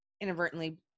inadvertently